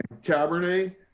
cabernet